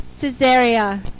Caesarea